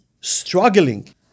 struggling